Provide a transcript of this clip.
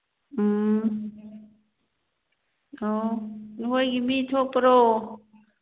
ꯑꯣ ꯅꯣꯏꯒꯤ ꯃꯤ ꯊꯣꯛꯄ꯭ꯔꯣ